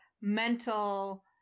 mental